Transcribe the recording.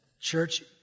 church